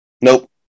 Nope